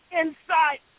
inside